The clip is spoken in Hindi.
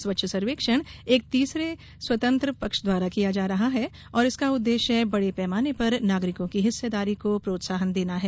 स्वच्छ सर्वेक्षण एक स्वतंत्र तीसरे पक्ष द्वारा किया जा रहा है और इसका उद्देश्य बड़े पैमाने पर नागरिकों की हिस्सेदारी को प्रोत्साहन देना है